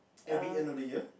every end of the year